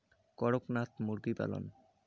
করকনাথ মুরগি পালন?